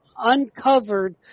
uncovered